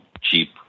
cheap